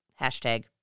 Hashtag